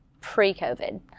pre-COVID